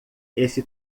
esse